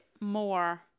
more